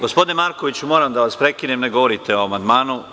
Gospodine Markoviću, moram da vas prekinem jer ne govorite o amandmanu.